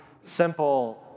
simple